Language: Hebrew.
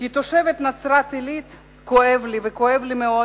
כתושבת נצרת-עילית כואב לי, וכאב לי מאוד